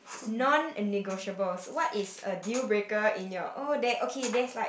non negotiables what is a deal breaking in your oh there okay there's like